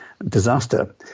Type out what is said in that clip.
Disaster